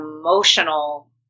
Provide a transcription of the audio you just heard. emotional